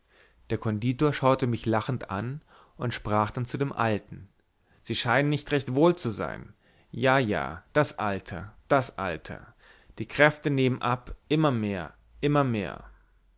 der konditor schaute mich lachend an und sprach dann zu dem alten sie scheinen nicht recht wohl zu sein ja ja das alter das alter die kräfte nehmen ab immer mehr und mehr